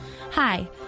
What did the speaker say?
Hi